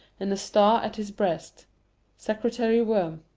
and a star at his breast secretary worm.